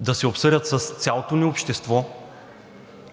да се обсъдят с цялото ни общество